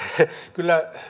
kyllä